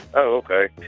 ok.